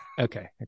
Okay